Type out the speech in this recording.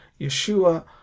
Yeshua